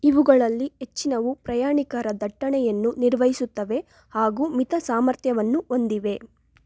ಇವುಗಳಲ್ಲಿ ಹೆಚ್ಚಿನವು ಪ್ರಯಾಣಿಕರ ದಟ್ಟಣೆಯನ್ನು ನಿರ್ವಹಿಸುತ್ತವೆ ಹಾಗೂ ಮಿತ ಸಾಮರ್ಥ್ಯವನ್ನು ಹೊಂದಿವೆ